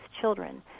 children